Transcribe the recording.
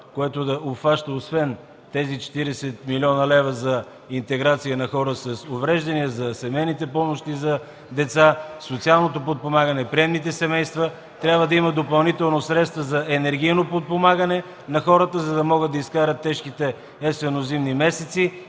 който да обхваща освен тези 40 млн. лв. за интеграция на хора с увреждания, за семейните помощи за деца, за социалното подпомагане, приемните семейства, трябва да има допълнителни средства за енергийно подпомагане на хората, за да могат да изкарат тежките есенно-зимни месеци